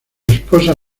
esposa